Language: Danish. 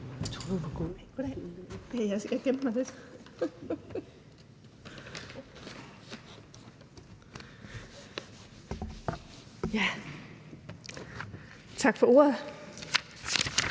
Tak for ordet.